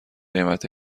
قیمت